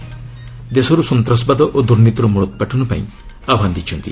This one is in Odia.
ଦେଶରୁ ସନ୍ତ୍ରାସବାଦ ଓ ଦୁର୍ନୀତିର ମୂଳୋତ୍ପାଟନପାଇଁ ଆହ୍ୱାନ ଦେଇଛନ୍ତି